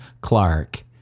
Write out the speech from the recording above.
Clark